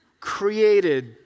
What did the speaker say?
created